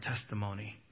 testimony